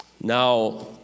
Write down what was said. Now